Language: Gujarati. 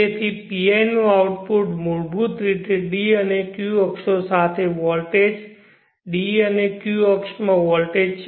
તેથી PI નું આઉટપુટ મૂળભૂત રીતે d અને q અક્ષો વોલ્ટેજ d અને q અક્ષમાં વોલ્ટેજ છે